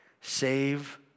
Save